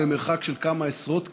במרחק של כמה עשרות קילומטרים,